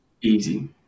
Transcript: Easy